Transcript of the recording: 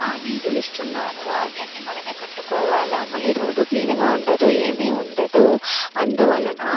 కానీ ఇళ్ళులిస్తున్నారు అవన్నీ మనమే కట్టుకోవాలా మళ్ళీ రోడ్ క్లీన్గా ఉండదు ఏమి ఉండదు అందువలన